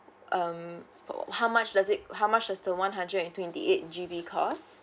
um how much does it how much is the one hundred and twenty eight G_B